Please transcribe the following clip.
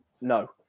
No